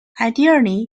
ideally